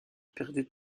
perdait